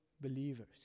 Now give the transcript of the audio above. believers